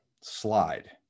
slide